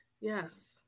yes